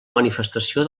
manifestació